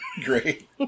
great